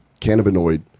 cannabinoid